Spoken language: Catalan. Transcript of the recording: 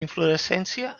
inflorescència